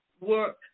work